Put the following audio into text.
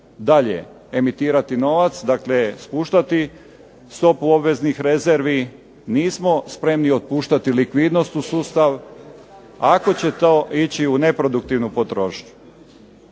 dalje emitirati novac, dakle spuštati stopu obveznih rezervi, nismo spremni otpuštati likvidnost u sustav, ako će to ići u neproduktivnu potrošnju.